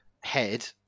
head